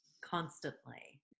constantly